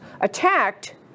attacked